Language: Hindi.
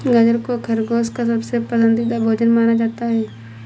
गाजर को खरगोश का सबसे पसन्दीदा भोजन माना जाता है